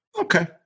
Okay